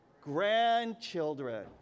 Grandchildren